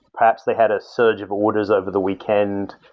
perhaps they had a surge of orders over the weekend.